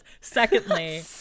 secondly